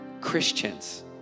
Christians